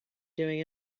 doing